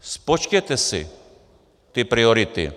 Spočtěte si ty priority!